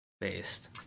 Based